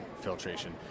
filtration